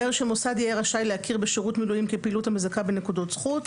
אומר שמוסד יהיה רשאי להכיר בשירות מילואים כפעילות המזכה בנקודות זכות,